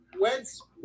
Wentz